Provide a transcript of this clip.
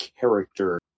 character